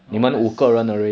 not as